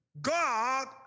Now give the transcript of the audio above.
God